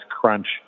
crunch